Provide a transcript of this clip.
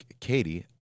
Katie